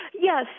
Yes